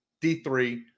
D3